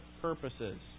purposes